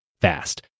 fast